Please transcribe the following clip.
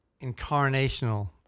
incarnational